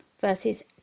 versus